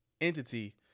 entity